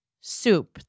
soup